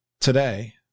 today